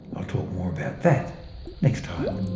i'll talk more about that next time.